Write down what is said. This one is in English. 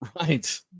right